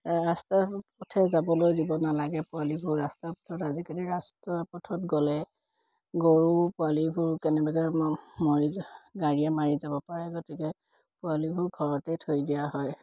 ৰাস্তাৰ পথে যাবলৈ দিব নালাগে পোৱালিবোৰ ৰাস্তা পথত আজিকালি ৰাস্তা পথত গ'লে গৰু পোৱালিবোৰ কেনেবাকৈ মৰি যাব গাড়ীয়ে মাৰি যাব পাৰে গতিকে পোৱালিবোৰ ঘৰতেই থৈ দিয়া হয়